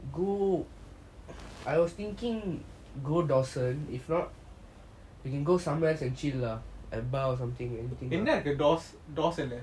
go I was thinking go dawson if not we can go somewhere to chill lah bar or something